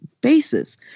basis